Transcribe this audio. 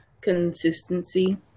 consistency